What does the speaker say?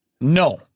no